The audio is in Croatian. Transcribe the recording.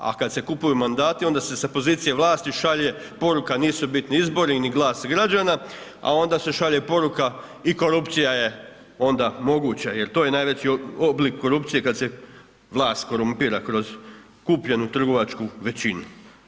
A kada se kupuju mandati onda se sa pozicije vlasti šalje poruka nisu bitni izbori ni glas građana a onda se šalje i poruka i korupcija je onda moguća jer to je najveći oblik korupcije kada se vlast korumpira kroz kupljenu trgovačku većinu.